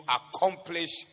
accomplish